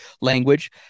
language